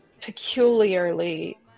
peculiarly